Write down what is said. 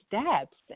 steps